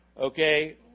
Okay